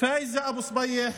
פאיזה אבו סבייח,